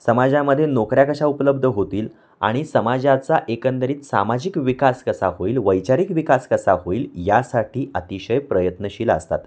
समाजामध्ये नोकऱ्या कशा उपलब्ध होतील आणि समाजाचा एकंदरीत सामाजिक विकास कसा होईल वैचारिक विकास कसा होईल यासाठी अतिशय प्रयत्नशील असतात